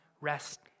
rest